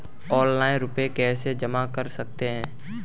Offline रुपये कैसे जमा कर सकते हैं?